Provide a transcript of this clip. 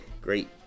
great